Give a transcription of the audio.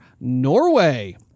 Norway